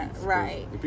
right